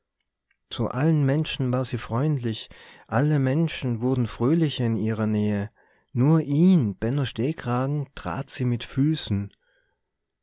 zu allen menschen war sie freundlich alle menschen wurden fröhlicher in ihrer nähe nur ihn benno stehkragen trat sie mit füßen